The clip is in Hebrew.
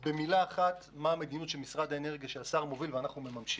אומר במילה אחת מה המדיניות של משרד האנרגיה שהשר מוביל ואנחנו מממשים.